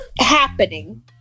Happening